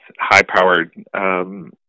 high-powered